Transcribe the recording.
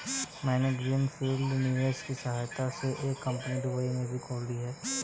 मैंने green field निवेश की सहायता से एक कंपनी दुबई में भी खोल ली है